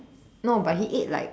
no but he ate like